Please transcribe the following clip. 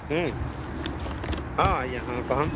ହଁ ହଁ ଆଜ୍ଞା ହଁ କହନ୍